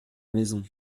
maison